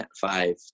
five